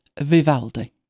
Vivaldi